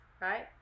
right